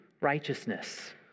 righteousness